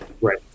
Right